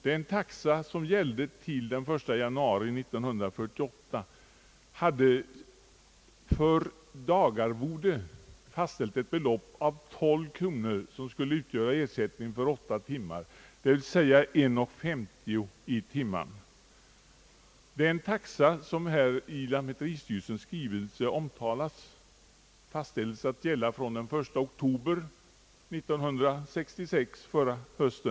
Den taxa som gällde till den 1 januari 1948 hade för dagarvode fastställt ett belopp av 12 kronor, som skulle utgöra ersättning för åtta timmar, d.v.s. 1:50 i timmen. Den taxa som omtalas i lantmäteristyrelsens skrivelse fastställdes att gälla från den 1 oktober 1966, alltså i höstas.